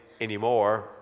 anymore